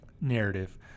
narrative